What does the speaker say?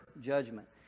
judgment